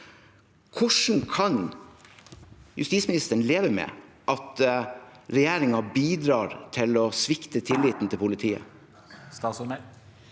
Hvordan kan justisministeren leve med at regjeringen bidrar til å svikte tilliten til politiet?